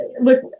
look